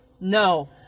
No